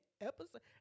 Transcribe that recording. episode